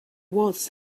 was